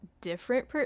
different